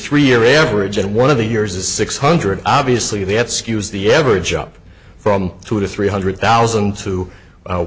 three year average and one of the years is six hundred obviously they had skews the average up from two to three hundred thousand to